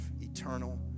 eternal